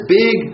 big